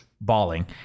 balling